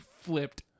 flipped